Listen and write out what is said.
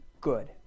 good